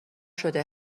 شده